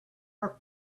our